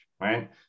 right